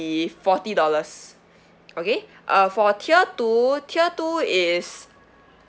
forty dollars okay uh for tier two tier two is